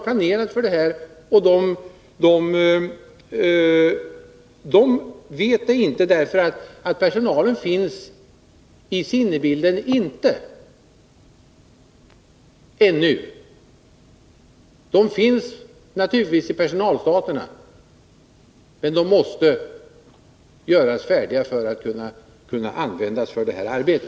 Personalen finns inte ännu i sinnevärlden. Den finns naturligtvis i personalstaterna men måste bli färdig för att kunna användas för detta arbete.